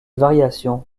variations